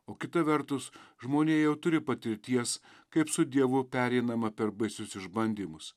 o kita vertus žmonija jau turi patirties kaip su dievu pereinama per baisius išbandymus